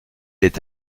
est